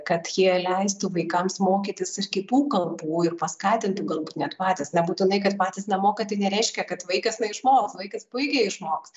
kad jie leistų vaikams mokytis ir kitų kalbų ir paskatintų galbūt net patys nebūtinai kad patys nemoka tai nereiškia kad vaikas neišmoks vaikas puikiai išmoks